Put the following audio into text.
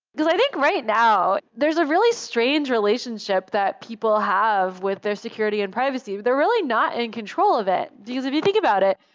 because i think, right now, there's a really strange relationship that people have with their security in privacy. they're really not in control of it, because if you think about it,